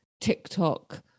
TikTok